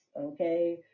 okay